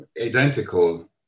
identical